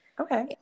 Okay